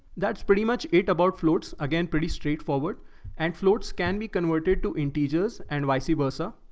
that's pretty much eight about floats again, pretty straightforward and floats can be converted to integers and vice versa.